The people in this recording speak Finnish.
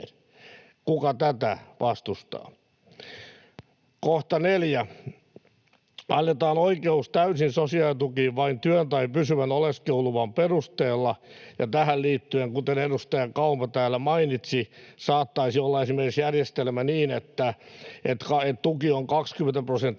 Kuka tätä vastustaa? Kohta 4. Annetaan oikeus täysiin sosiaalitukiin vain työn tai pysyvän oleskeluluvan perusteella. Tähän liittyen, kuten edustaja Kauma täällä mainitsi, saattaisi olla järjestelmä esimerkiksi niin, että tuki on 20 prosenttia